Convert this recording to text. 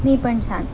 मी पण छान